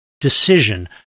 decision